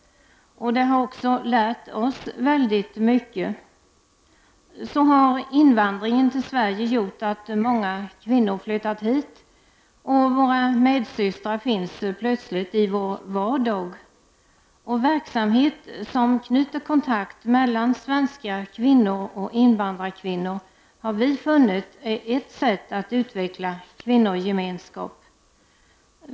Det har också lärt oss väldigt mycket. Så har invandringen till Sverige gjort att många kvinnor har flyttat hit. Våra medsystrar finns plötsligt i vår vardag. Verksamhet som knyter kontakt mellan svenska kvinnor och invandrarkvinnor — har vi funnit — är ett sätt att utveckla kvinnogemenskap.